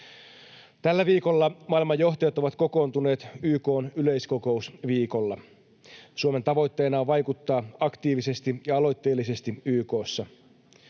Tällä viikolla maailman johtajat ovat kokoontuneet YK:n yleiskokousviikolla. Suomen tavoitteena on vaikuttaa aktiivisesti ja aloitteellisesti YK:ssa.